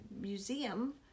museum